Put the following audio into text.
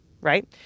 right